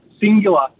singular